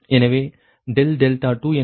எனவே ∆2 என்பது 2 ∆2 0